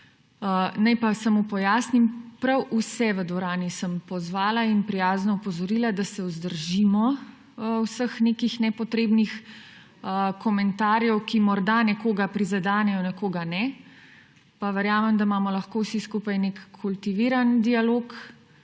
Naj pa samo pojasnim; prav vse v dvorani sem pozvala in prijazno opozorila, da se vzdržimo vseh nekih nepotrebnih komentarjev, ki morda nekoga prizadenejo, nekoga ne. Pa verjamem, da imamo lahko vsi skupaj nek kultiviran dialog,